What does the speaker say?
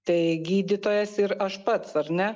tai gydytojas ir aš pats ar ne